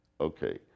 Okay